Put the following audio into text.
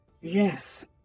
Yes